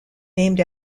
named